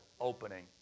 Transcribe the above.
opening